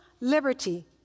liberty